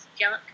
junk